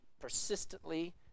persistently